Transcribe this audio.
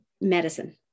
medicine